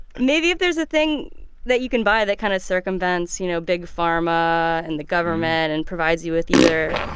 maybe if there's a thing that you can buy that kind of circumvents, you know, big pharma and the government and provides you with either,